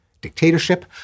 dictatorship